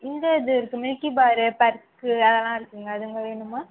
இந்த இது இருக்குது மில்க்கி பார் பர்க்கு அதெல்லாம் இருக்குதுங்க அதுங்க வேணுமா